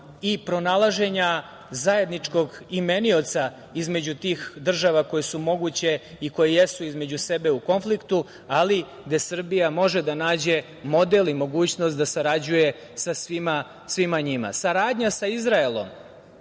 i pronalaženja zajedničkog imenioca između tih država koje su moguće i koje jesu između sebe u konfliktu, ali gde Srbija može da nađe model i mogućnost da sarađuje sa svima njima. Saradnja sa Izraelom,